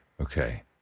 Okay